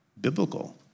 biblical